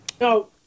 No